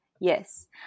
Yes